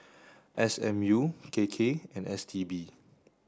S M U K K and S T B